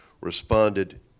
responded